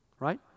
right